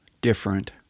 different